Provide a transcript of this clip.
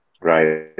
right